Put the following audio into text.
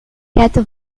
quatre